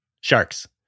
Sharks